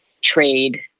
trade